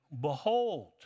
behold